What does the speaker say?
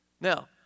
Now